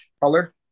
color